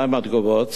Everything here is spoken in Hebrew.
מהן התגובות?